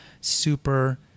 super